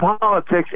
politics